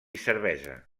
cervesa